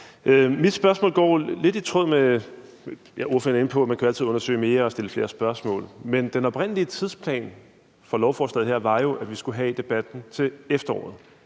at man altid kan undersøge mere og stille flere spørgsmål, men at den oprindelige tidsplan for lovforslaget her jo var, at vi skulle have debatten til efteråret.